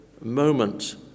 moment